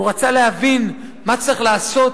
הוא רצה להבין מה צריך לעשות